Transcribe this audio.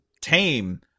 tame